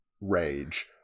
rage